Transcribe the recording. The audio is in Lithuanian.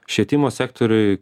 švietimo sektoriui